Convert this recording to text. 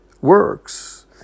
works